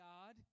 God